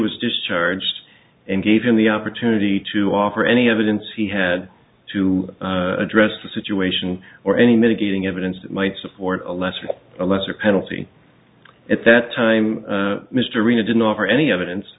was discharged and gave him the opportunity to offer any evidence he had to address the situation or any mitigating evidence that might support a less of a lesser penalty at that time mr arena didn't offer any evidence